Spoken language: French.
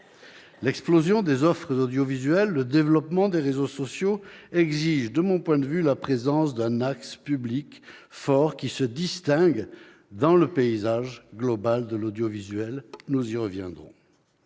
L'explosion des offres audiovisuelles, le développement des réseaux sociaux exigent, de mon point de vue, la présence d'un axe public fort qui se distingue dans le paysage global de l'audiovisuel ; nous y reviendrons.